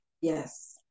Yes